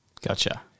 Gotcha